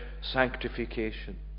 sanctification